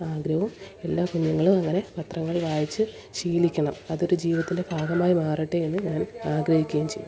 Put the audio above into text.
ആഗ്രഹം എല്ലാ കുഞ്ഞുങ്ങളും അങ്ങനെ പത്രങ്ങൾ വായിച്ച് ശീലിക്കണം അതൊരു ജീവിതത്തിൻ്റെ ഭാഗമായി മാറട്ടെ എന്ന് ഞാൻ ആഗ്രഹിക്കേം ചെയ്യുന്നു